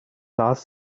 last